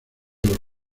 los